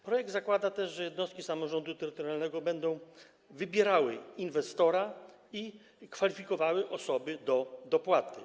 Projekt zakłada też, że jednostki samorządu terytorialnego będą wybierały inwestora i kwalifikowały osoby do dopłaty.